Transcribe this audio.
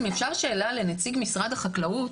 האם אפשר שאלה לנציג משרד החקלאות,